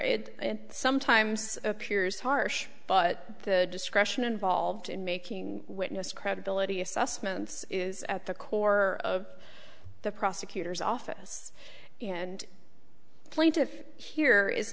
it sometimes appears harsh but the discretion involved in making witness credibility assessments is at the core of the prosecutor's office and plaintiff here is